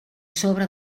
sobre